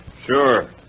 Sure